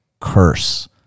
curse